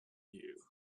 you